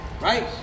right